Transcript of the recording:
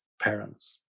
parents